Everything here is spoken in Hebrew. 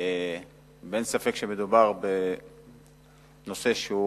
אין ספק שמדובר בנושא שהוא